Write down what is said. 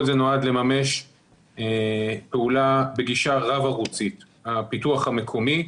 כל זה נועד לממש פעולה בגישה רב-ערוצית: הפיתוח המקומי,